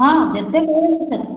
ହଁ ଯେତେ କହିବେ ସେତେ